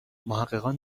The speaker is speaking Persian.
محققان